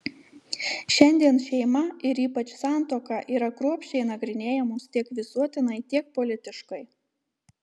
šiandien šeima ir ypač santuoka yra kruopščiai nagrinėjamos tiek visuotinai tiek politiškai